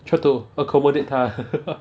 try to accommodate 她 ah